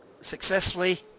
successfully